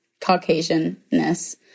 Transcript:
Caucasian-ness